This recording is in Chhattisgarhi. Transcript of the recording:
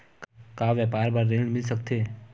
का व्यापार बर ऋण मिल सकथे?